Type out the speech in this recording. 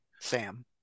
Sam